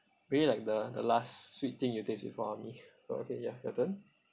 really like the the last sweet thing you taste before army so okay ya your turn